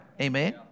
amen